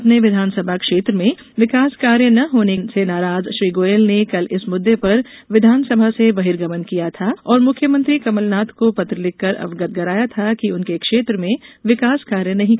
अपने विधानसभा क्षेत्र में विकास कार्य न होने से नाराज श्री गोयल ने कल इस मुद्दे पर विधानसभा से बहिर्गमन किया था और मुख्यमंत्री कमलनाथ को पत्र लिखकर अवगत कराया था कि उनके क्षेत्र में विकास कार्य नहीं कराये जा रहे हैं